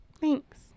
Thanks